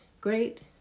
great